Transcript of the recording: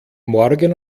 morgen